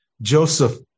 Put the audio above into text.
Joseph